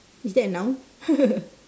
is that a noun